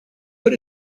but